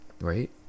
right